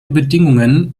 bedingungen